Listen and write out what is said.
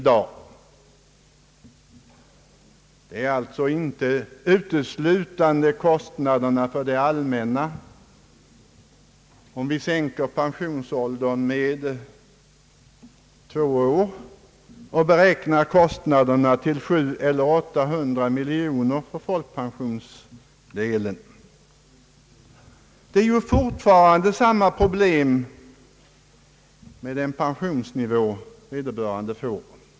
Det är alltså inte uteslutande fråga om kostnaderna för det allmänna om vi sänker pensionsåldern med två år och beräknar kostnaderna för folkpensionsdelen till 700—800 miljoner kronor. Det är ju fortfarande samma problem med den pensionsnivå vederbörande får.